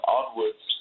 onwards